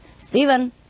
Stephen